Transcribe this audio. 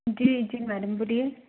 जी जी मैडम बोलिए